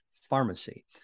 pharmacy